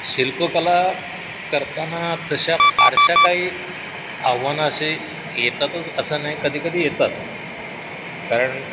शिल्पकला करताना तशा फारशा काही आव्हानं असे येतातच असं नाही कधी कधी येतात कारण